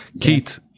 Keith